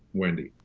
wendy.